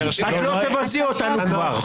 את כבר לא תבזי אותנו.